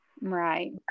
right